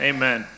Amen